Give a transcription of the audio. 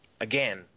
again